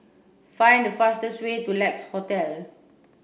find the fastest way to Lex Hotel